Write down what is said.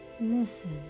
Listen